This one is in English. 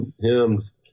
hymns